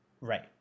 Right